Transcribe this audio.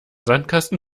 sandkasten